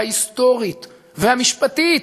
וההיסטורית, והמשפטית,